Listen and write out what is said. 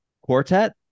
quartet